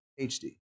HD